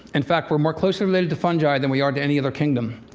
and fact, we're more closely related to fungi than we are to any other kingdom.